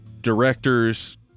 directors